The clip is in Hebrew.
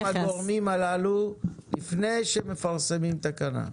הגורמים האלה לפני שפרסמתם את התקנות?